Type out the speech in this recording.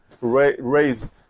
raise